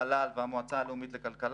המל"ל והמועצה הלאומית לכלכלה,